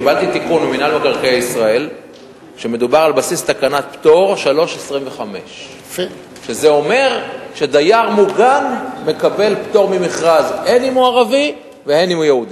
קיבלתי תיקון ממינהל מקרקעי ישראל שמדובר על בסיס תקנת פטור 25(3). זה אומר שדייר מוגן מקבל פטור ממכרז אם הוא ערבי ואם הוא יהודי.